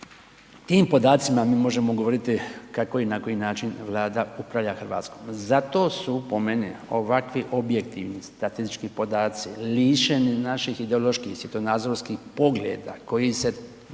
tim podacima mi možemo govoriti kako i na koji način Vlada upravlja Hrvatskom. Zato su po meni ovakvi objektivni statistički podaci lišeni naših ideoloških svjetonazorskih pogleda koji se